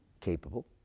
capable